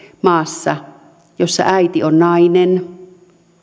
maassa jossa äiti on nainen